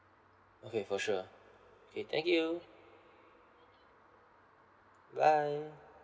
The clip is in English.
okay for sure okay thank you bye